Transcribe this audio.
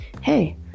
hey